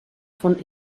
von